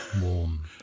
Warm